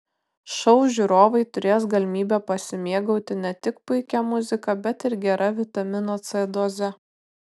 šou žiūrovai turės galimybę pasimėgauti ne tik puikia muzika bet ir gera vitamino c doze